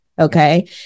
okay